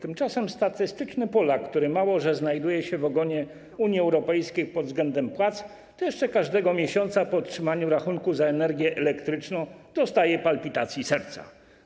Tymczasem statystyczny Polak, który mało, że znajduje się w ogonie Unii Europejskiej pod względem płac, to jeszcze każdego miesiąca po otrzymaniu rachunku za energię elektryczną dostaje palpitacji serca.